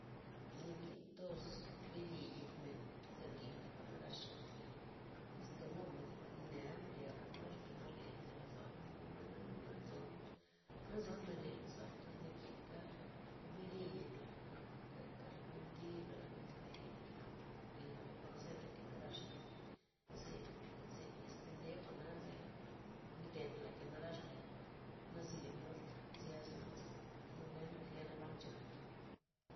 Nakin toz bere yekmen zen dimen thi jwa'n naraxa' porke tiz ndonumen thi jwa'n nea blya jwa'n narax per naled nzo lozoa na- na- na tzod na tzod nale lozoa tiz nakinka bere yekla' ak- ak arepentirla gabmen. bere yekla mblya rekonocer deke narax mblya, ze- ze este nde jwa'naze mdenla' ke naraz mblya nazye modla' zyasa mas nawe nak yanaban chanla'.